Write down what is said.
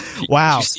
Wow